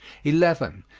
eleven.